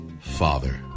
father